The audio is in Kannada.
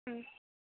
ಹ್ಞೂ